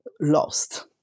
lost